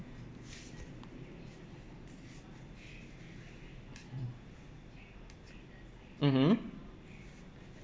mmhmm